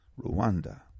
Rwanda